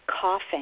coughing